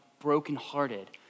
brokenhearted